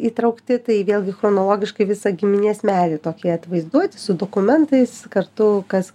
įtraukti tai vėlgi chronologiškai visą giminės medį tokie atvaizduoti su dokumentais kartu kas